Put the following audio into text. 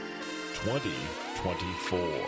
2024